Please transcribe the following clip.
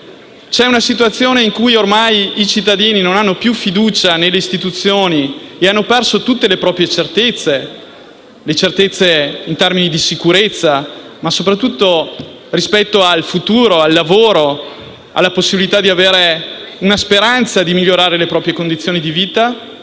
È una situazione in cui ormai i cittadini non hanno più fiducia nelle istituzioni e hanno perso tutte le proprie certezze, in termini di sicurezza, ma soprattutto rispetto al futuro, al lavoro, alla possibilità di avere una speranza di migliorare le proprie condizioni di vita,